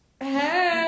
Hey